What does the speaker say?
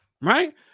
right